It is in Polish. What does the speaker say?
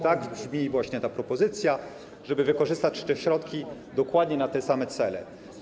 Tak brzmi właśnie ta propozycja - żeby wykorzystać te środki dokładnie na te same cele.